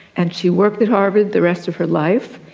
and she worked at harvard the rest of her life,